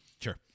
sure